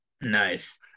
Nice